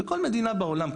בכל מדינה בעולם,